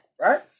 right